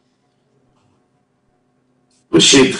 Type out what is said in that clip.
ראשית,